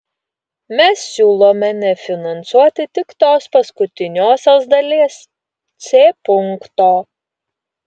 mes siūlome nefinansuoti tik tos paskutiniosios dalies c punkto